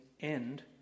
end